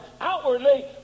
outwardly